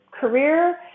career